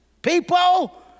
People